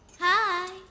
hi